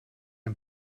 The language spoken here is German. ein